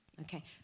Okay